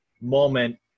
moment